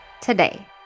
today